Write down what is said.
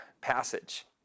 passage